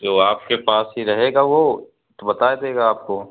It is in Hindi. जो आपके पास ही रहेगा वो तो बता देगा आपको